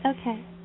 Okay